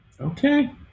okay